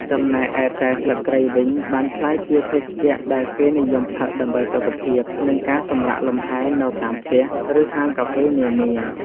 ចំណែកឯតែស្លឹកគ្រៃ វិញបានក្លាយជាភេសជ្ជៈដែលគេនិយមផឹកដើម្បីសុខភាព និងការសម្រាកលំហែ នៅតាមផ្ទះ ឬហាងកាហ្វេនានា។